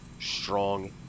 strong